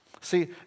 See